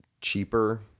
cheaper